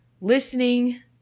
listening